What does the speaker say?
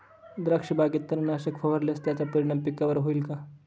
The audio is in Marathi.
द्राक्षबागेत तणनाशक फवारल्यास त्याचा परिणाम पिकावर होईल का?